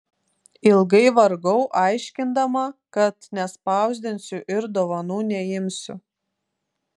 ilgai vargau aiškindama kad nespausdinsiu ir dovanų neimsiu